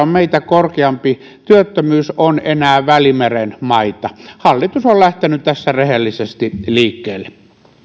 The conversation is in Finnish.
enää on meitä korkeampi työttömyys ovat välimeren maita hallitus on lähtenyt tässä rehellisesti liikkeelle